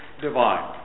Divine